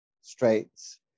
straits